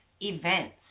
events